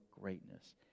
greatness